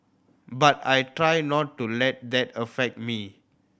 but I try not to let that affect me